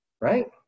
Right